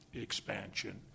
expansion